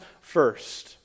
first